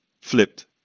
flipped